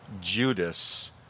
Judas